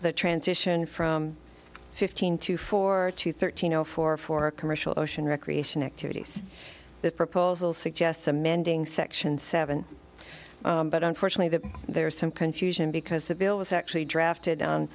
the transition from fifteen to four to thirteen zero four for commercial ocean recreation activities the proposal suggests amending section seven but unfortunately that there is some confusion because the bill was actually drafted on